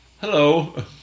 hello